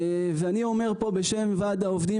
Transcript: אני אומר פה בשם וועד העובדים,